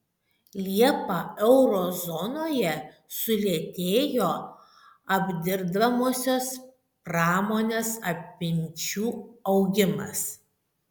liepą euro zonoje sulėtėjo apdirbamosios pramonės apimčių augimas